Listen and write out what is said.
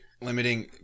limiting